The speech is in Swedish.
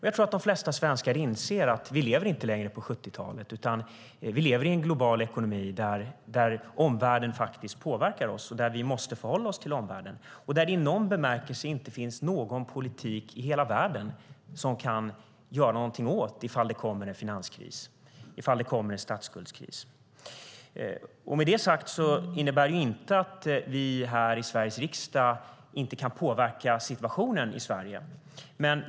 Jag tror att de flesta svenskar inser att vi inte längre lever på 70-talet, utan vi lever i en global ekonomi där omvärlden påverkar oss och vi måste förhålla oss till omvärlden. I någon bemärkelse finns det ingen politik i världen som kan göra någonting åt att det kommer en finanskris, en statsskuldskris. Därmed inte sagt att vi i Sveriges riksdag inte kan påverka situationen i Sverige.